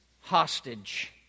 hostage